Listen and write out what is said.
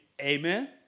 Amen